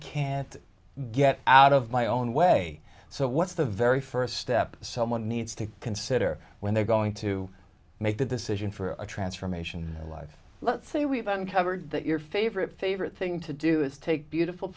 can't get out of my own way so what's the very first step someone needs to consider when they're going to make that decision for a transformation life let's say we've uncovered that your favorite favorite thing to do is take beautiful